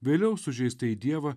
vėliau sužeistąjį dievą